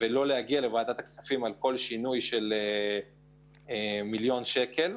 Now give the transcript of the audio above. ולא להגיע לוועדת הכספים על כל שינוי של מיליון שקלים.